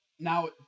Now